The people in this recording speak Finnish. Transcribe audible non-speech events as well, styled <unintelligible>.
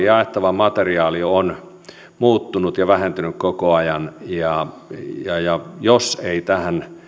<unintelligible> jaettava materiaali on muuttunut ja vähentynyt koko ajan ja ja jos ei tähän